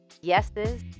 yeses